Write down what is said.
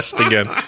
again